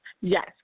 Yes